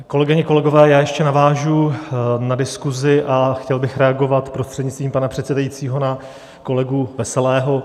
Kolegyně, kolegové, ještě navážu na diskuzi a chtěl bych reagovat, prostřednictvím pana předsedajícího, na kolegu Veselého.